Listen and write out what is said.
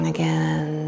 Again